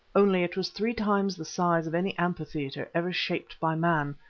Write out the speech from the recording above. only it was three times the size of any amphitheatre ever shaped by man,